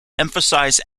emphasize